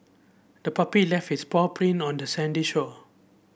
the puppy left its paw print on the sandy shore